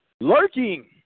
lurking